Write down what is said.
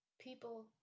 People